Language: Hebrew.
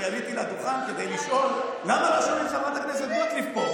אני עליתי לדוכן כדי לשאול: למה לא שומעים את חברת הכנסת גוטליב פה?